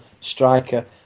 striker